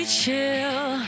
chill